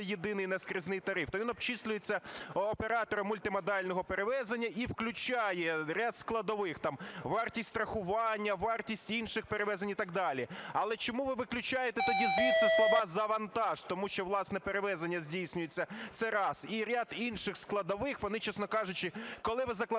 єдиний наскрізний тариф, то він обчислюється оператором мультимодального перевезення і включає ряд складових, там вартість страхування, вартість інших перевезень і так далі. Але чому ви виключаєте тоді звідси слова "за вантаж", тому що, власне, перевезення здійснюється – це раз. І ряд інших складових, вони, чесно кажучи, коли ви закладаєте